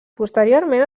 posteriorment